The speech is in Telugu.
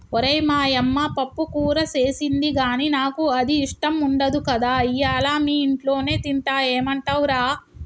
ఓరై మా యమ్మ పప్పుకూర సేసింది గానీ నాకు అది ఇష్టం ఉండదు కదా ఇయ్యల మీ ఇంట్లోనే తింటా ఏమంటవ్ రా